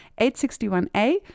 861A